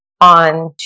on